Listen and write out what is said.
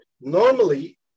normally